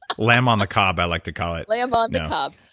lamb on the cob, i like to call it lamb on the cob.